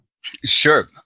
Sure